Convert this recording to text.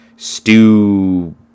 Stew